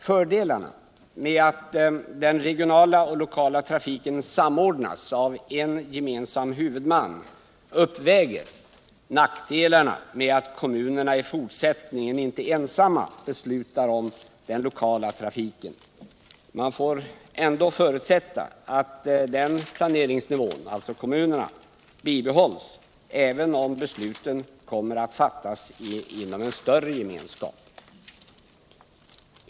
Fördelarna med att den regionala och lokala trafiken samordnas av en gemensam huvudman uppväger nackdelarna med att kommunerna i fortsättningen inte ensamma beslutar om den lokala trafiken. Man får ändå förutsätta att den kommunala planeringsnivån bibehålls, även om besluten kommer att fattas inom en större gemenskap.